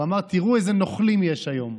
הוא אמר: תראו איזה נוכלים יש היום.